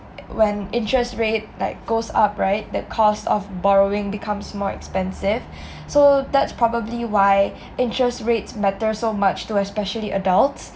when interest rate like goes up right the cost of borrowing becomes more expensive so that's probably why interest rates matter so much to especially adults